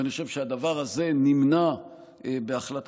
ואני חושב שהדבר הזה נמנע בהחלטה,